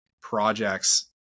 projects